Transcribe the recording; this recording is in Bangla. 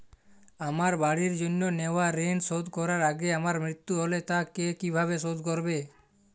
আমার বাড়ির জন্য নেওয়া ঋণ শোধ করার আগে আমার মৃত্যু হলে তা কে কিভাবে শোধ করবে?